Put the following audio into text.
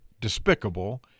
despicable